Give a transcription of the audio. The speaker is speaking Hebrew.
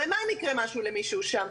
ומה אם יקרה משהו למישהו שם?